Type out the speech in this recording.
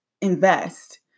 invest